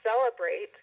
celebrate